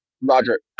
Roger